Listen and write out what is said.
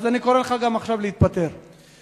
אני קורא לך גם להתפטר עכשיו.